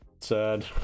sad